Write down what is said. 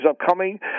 upcoming